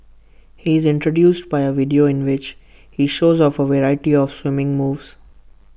he is introduced by A video in which he shows off A variety of swimming moves